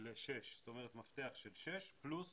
זאת אומרת מפתח של שש פלוס